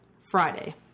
Friday